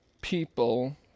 people